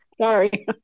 Sorry